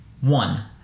one